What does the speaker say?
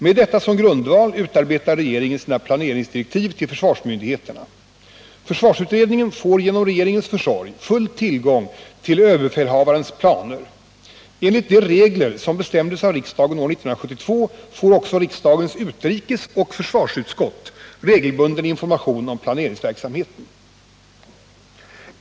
Med detta som grundval utarbetar regeringen sina planeringsdirektiv till försvarsmyndigheterna. Försvarsutredningen får genom regeringens försorg full tillgång till överbefälhavarens planer. Enligt de regler som bestämdes av riksdagen år 1972 får också riksdagens utrikesoch försvarsutskott regelbunden information om planeringsverksamheten.